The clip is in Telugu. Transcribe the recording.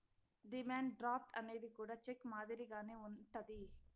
డిమాండ్ డ్రాఫ్ట్ అనేది కూడా చెక్ మాదిరిగానే ఉంటది